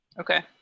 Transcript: Okay